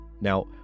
Now